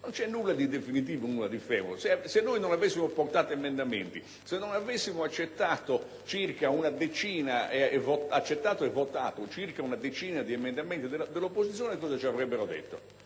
Non c'è nulla di definitivo e di fermo. Se non avessimo portato emendamenti, se non avessimo accettato e votato circa una decina di proposte dell'opposizione ci avrebberodetto